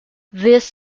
this